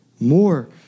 more